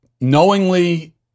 knowingly